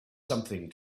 something